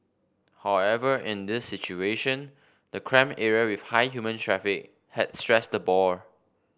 however in this situation the cramped area with high human traffic had stressed the boar